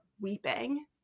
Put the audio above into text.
weeping